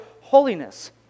holiness